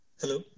Hello